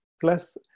Plus